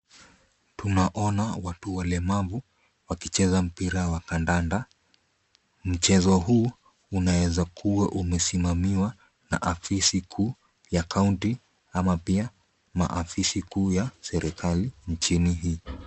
Tunaona watu walemavu wakicheza mpira wa kandanda, mchezo huu unaeza kuwa umesimamiwa na afisi kuu ya kaunti ama pia maafisi kuu ya serikali nchini hii.